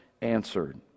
answered